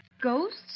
Ghosts